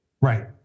Right